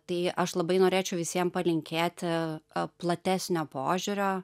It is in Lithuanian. tai aš labai norėčiau visiem palinkėti platesnio požiūrio